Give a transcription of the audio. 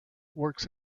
works